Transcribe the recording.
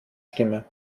stimme